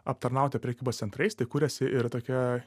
aptarnauti prekybos centrais tai kuriasi ir tokia